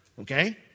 Okay